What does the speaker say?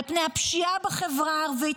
על פני הפשיעה בחברה הערבית,